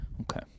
Okay